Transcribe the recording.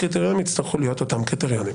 הקריטריונים יצטרכו להיות אותם קריטריונים.